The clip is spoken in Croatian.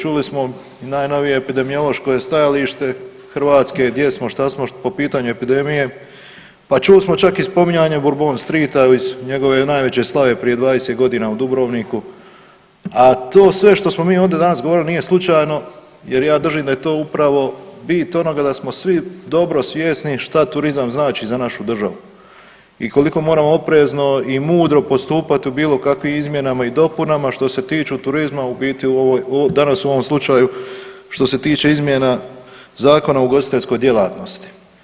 Čuli smo najnovije epidemiološko je stajalište Hrvatske gdje smo, što smo po pitanju epidemije, pa čuli smo čak i spominjanje Bourbon streeta iz njegove najveće slave prije 20 godina u Dubrovniku, a to sve što smo mi ovdje danas govorili nije slučajno, jer ja držim da je to upravo bit onoga da smo svi dobro svjesni što turizam znači za našu državu i koliko moramo oprezno i mudro postupati u bilo kakvim izmjenama i dopunama što se tiču turizma u biti danas u ovom slučaju što se tiče izmjena Zakona o ugostiteljskoj djelatnosti.